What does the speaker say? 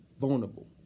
vulnerable